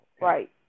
Right